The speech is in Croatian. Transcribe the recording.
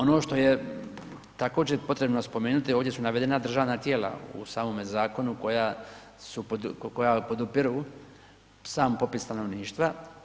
Ono što je također potrebno spomenuti ovdje su navedena državna tijela u samome zakonu koja su, koja podupiru sam popis stanovništva.